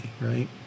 right